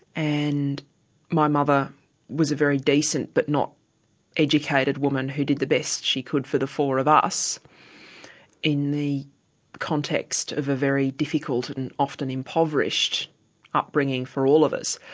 and my mother was a very decent but not educated woman who did the best she could for the four of us in the context of a very difficult and often impoverished upbringing for all of us.